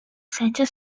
center